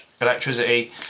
electricity